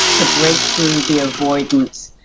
to break through the avoidance.